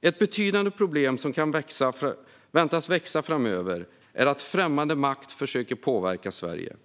Ett betydande problem som kan väntas växa framöver är att främmande makt försöker påverka Sverige.